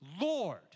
Lord